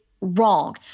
wrong